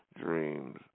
Dreams